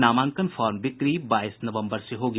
नामांकन फार्म की बिक्री बाईस नवम्बर से होगी